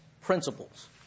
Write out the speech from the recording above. principles